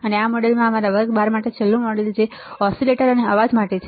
અને આ મોડ્યુલ અમારા વર્ગ 12 માટે છેલ્લું મોડલ છે જે ઓસીલેટર અને અવાજ માટે છે